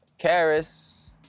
Karis